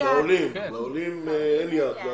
לעולים אין יעד.